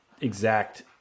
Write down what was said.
exact